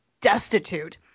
destitute